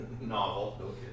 novel